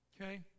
Okay